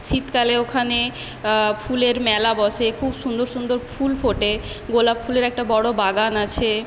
শীতকালে ওখানে ফুলের মেলা বসে খুব সুন্দর সুন্দর ফুল ফোটে গোলাপ ফুলের একটা বড়ো বাগান আছে